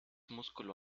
músculo